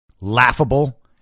laughable